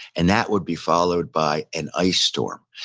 and that would be followed by an ice storm.